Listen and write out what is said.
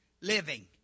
Living